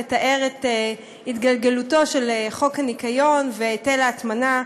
לתאר את התגלגלותו של חוק הניקיון והיטל ההטמנה,